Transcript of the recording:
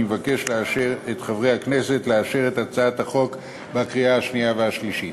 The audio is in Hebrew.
אני מבקש מחברי הכנסת לאשר את הצעת החוק בקריאה שנייה ובקריאה שלישית.